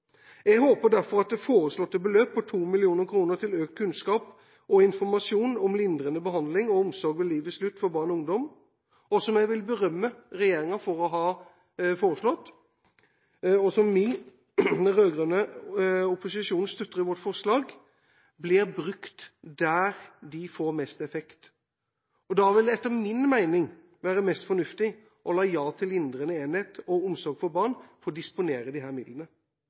Jeg håper derfor at det foreslåtte beløp på 2 mill. kr til økt kunnskap og informasjon om lindrende behandling og omsorg ved livets slutt for barn og ungdom, som jeg vil berømme regjeringen for å ha foreslått, og som vi, den rød-grønne opposisjonen, støtter i vårt forslag, blir brukt der de får mest effekt. Da vil det etter min mening være mest fornuftig å la Ja til lindrende enhet og omsorg for barn få disponere disse midlene.